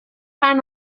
fan